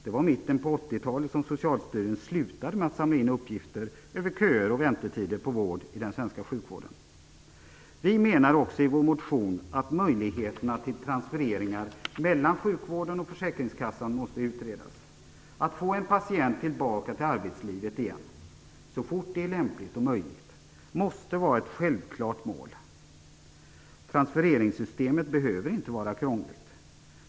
Det var i mitten av 80-talet som Socialstyrelsen slutade med att samla in uppgifter om köer och väntetider på vård i den svenska sjukvården. Vi menar i vår motion också att möjligheterna till transfereringar mellan sjukvården och försäkringskassan måste utredas. Att få en patient tillbaka till arbetslivet igen så fort det är lämpligt och möjligt måste vara ett självklart mål. Transfereringssystemet behöver inte vara krångligt.